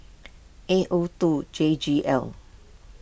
A O two J G L